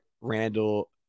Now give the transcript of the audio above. Randall